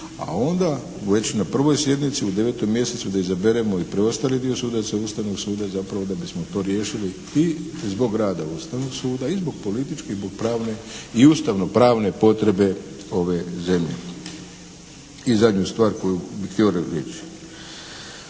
a onda već na prvoj sjednici u 9. mjesecu da izaberemo i preostali dio sudaca Ustavnog suda zapravo da bismo to riješili i zbog rada Ustavnog suda i zbog političke i zbog pravne i ustavno-pravne potrebe ove zemlje. I zadnju stvar koju bih htio